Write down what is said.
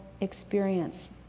experience